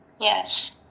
Yes